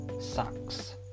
sucks